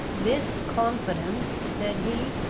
this confidence, said he,